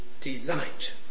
delight